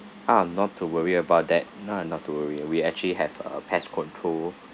ah not to worry about that nah not to worry we actually have uh pest control